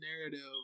narrative